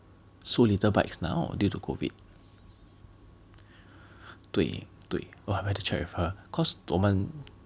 so little but it's now due to COVID 对对 !wah! I better check with her cause 我们